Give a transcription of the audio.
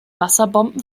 wasserbomben